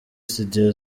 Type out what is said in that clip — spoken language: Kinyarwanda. studio